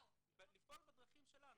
לפעול בדרכים שלנו.